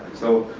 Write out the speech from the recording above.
so